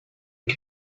que